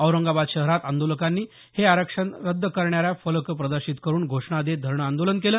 औरंगाबाद शहररात आंदोलकांनी हे आरक्षण रद्द करण्याच्या फलक प्रदर्शित करून घोषणा देत धरणं आंदोलन केलं